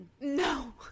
No